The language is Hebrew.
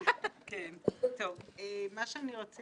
פרק שמיני לתקנון הכנסת,